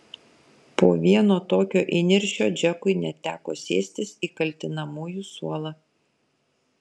po vieno tokio įniršio džekui net teko sėstis į kaltinamųjų suolą